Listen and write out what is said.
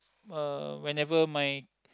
uh whenever my